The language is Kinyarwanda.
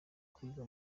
kwiga